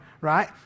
right